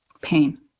pain